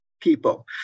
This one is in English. people